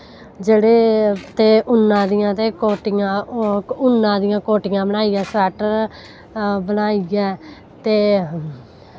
जेह्ड़े ते उन्ना दियां ते कोट्टियां उन्ना दियां कोट्टियां बनाइयै सवैट्टर बनाइयै ते